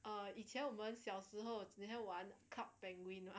uh 以前我们小时候那天玩 cup penguin ah